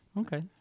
Okay